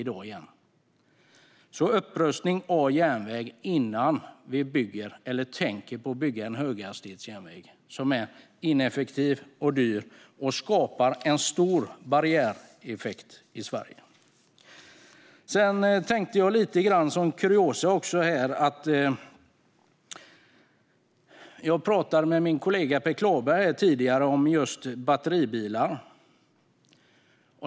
Det handlar alltså om upprustning av järnväg innan vi bygger eller tänker på att bygga en höghastighetsjärnväg, som är ineffektiv och dyr och som skapar en stor barriäreffekt i Sverige. Sedan tänkte jag nämna lite kuriosa. Jag pratade tidigare med min kollega Per Klarberg om batteribilar.